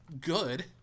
Good